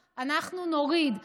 אנחנו רואים את הירידה הזאת.